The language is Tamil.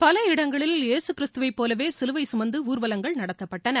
பல இடங்களில் யேசு கிறிஸ்துவைப் போலவே சிலுவை சுமந்து ஊர்வலங்கள் நடத்தப்பட்டன